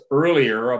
earlier